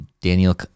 Daniel